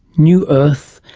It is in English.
new earth,